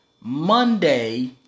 Monday